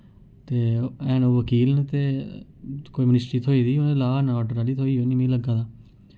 ते हैन ओह् वकील न ते कोई मिनिस्ट्री थ्होई दी कोई लॉ एंड आर्डर आह्ली थ्होई होनी मी लग्गै दा